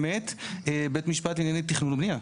באמת בית משפט לענייני תכנון ובנייה.